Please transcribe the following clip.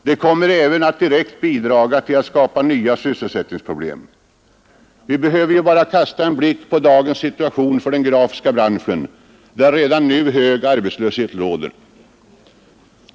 Det kommer även att direkt bidra till att skapa nya sysselsättningsproblem. Vi behöver bara kasta en blick på dagens situation för den grafiska branschen, där redan nu hög arbetslöshet råder.